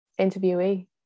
interviewee